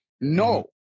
No